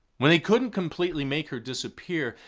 when they couldn't completely make her disappear,